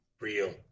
Real